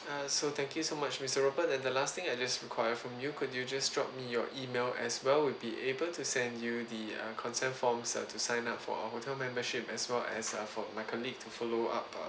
uh so thank you so much mister robert and the last thing I just require from you could you just drop me your email as well we'll be able to send you the uh consent forms to sign up for our hotel membership as well as uh for my colleague to follow up uh